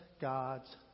God's